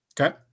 Okay